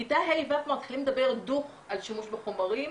בכיתה ה-ו כבר מתחילים לדבר ישירות על השימוש בחומרים.